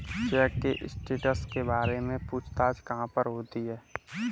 Check के status के बारे में पूछताछ कहाँ पर होती है?